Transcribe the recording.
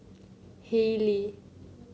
Haylee